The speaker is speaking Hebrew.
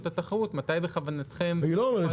התחרות מתי בכוונתם -- היא לא אומרת,